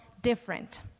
different